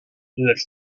lecz